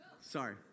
sorry